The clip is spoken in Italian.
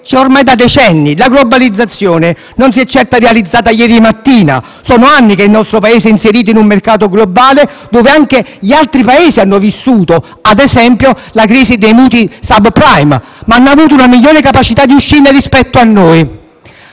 ormai da decenni. La globalizzazione non si è certo realizzata ieri mattina: sono anni che il nostro Paese è inserito in un mercato globale, dove anche gli altri Paesi hanno vissuto - penso ad esempio alla crisi dei mutui *subprime* - ma hanno avuto una migliore capacità di uscirne rispetto a noi.